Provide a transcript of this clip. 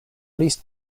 leased